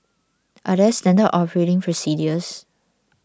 are there standard operating procedures